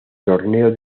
torneo